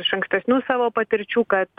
iš ankstesnių savo patirčių kad